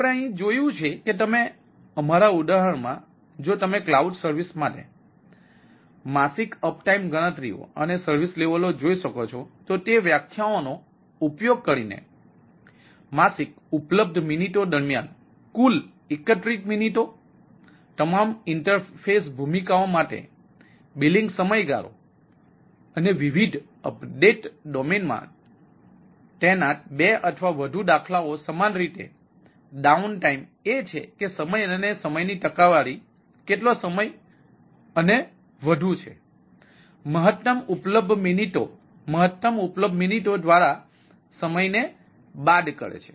તેથી આપણે અહીં જોયું છે તેમ અહીં અમારા ઉદાહરણમાં જો તમે ક્લાઉડ સર્વિસ માટે માસિક અપ ટાઇમ ગણતરીઓ અને સર્વિસ લેવલો જોઈ શકો છો તો તે વ્યાખ્યાઓનો ઉપયોગ કરીને માસિક ઉપલબ્ધ મિનિટો દરમિયાન કુલ એકત્રિત મિનિટો તમામ ઇન્ટરફેસ ભૂમિકાઓ માટે બિલિંગ સમયગાળો અને વિવિધ અપડેટ ડોમેનમાં તૈનાત 2 અથવા વધુ દાખલાઓ સમાન રીતે ડાઉન ટાઇમ એ છે કે સમય અને સમયની ટકાવારી કેટલો સમય અને વધુ છે મહત્તમ ઉપલબ્ધ મિનિટો મહત્તમ ઉપલબ્ધ મિનિટો દ્વારા સમયને બાદ કરે છે